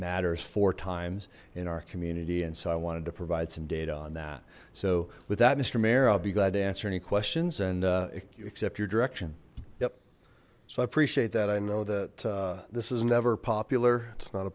matters four times in our community and so i wanted to provide some data on that so with that mister mayor i'll be glad to answer any questions and you accept your direction yep so i appreciate that i know that this is never popular it's not a